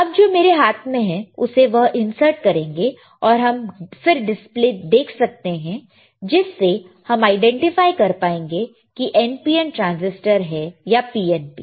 अब जो मेरे हाथ में है उसे वह इंसर्ट करेंगे और हम फिर डिस्प्ले देख सकते हैं जिससे हम आईडेंटिफाई कर पाएंगे कि NPN ट्रांजिस्टर है या PNP है